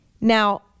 Now